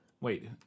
wait